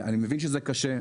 אני מבין שזה קשה.